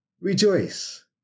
rejoice